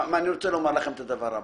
אני רוצה להתייחס לסעיף